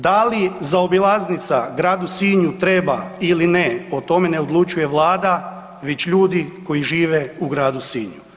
Da li zaobilaznica gradu Sinju treba ili ne, o tome ne odlučuje vlada, već ljudi koji žive u gradu Sinju.